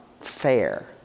fair